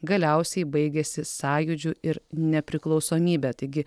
galiausiai baigėsi sąjūdžiu ir nepriklausomybe taigi